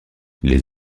les